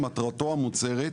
מטרתו המוצהרת,